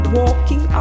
walking